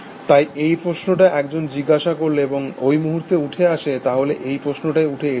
তাই যে প্রশ্নটা একজন জিজ্ঞাসা করল এবং ওই মুহূর্তে উঠে আসে তাহলে এই প্রশ্নটাই উঠে এসেছে